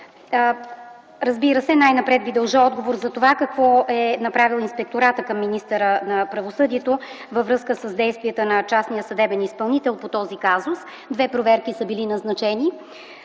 за следното. Най-напред Ви дължа отговор за това какво е направил Инспекторатът към министъра на правосъдието във връзка с действията на частния съдебен изпълнител по този казус. Две проверки са били назначени